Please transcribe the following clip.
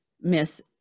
miss